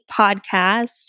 podcast